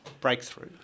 breakthrough